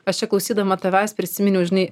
aš čia klausydama tavęs prisiminiau žinai